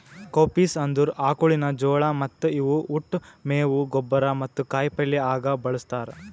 cowpeas ಅಂದುರ್ ಆಕುಳಿನ ಜೋಳ ಮತ್ತ ಇವು ಉಟ್, ಮೇವು, ಗೊಬ್ಬರ ಮತ್ತ ಕಾಯಿ ಪಲ್ಯ ಆಗ ಬಳ್ಸತಾರ್